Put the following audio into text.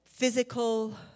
physical